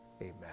amen